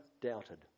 doubted